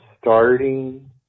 starting